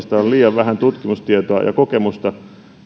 vähän tutkimustietoa ja kokemusta